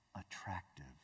attractive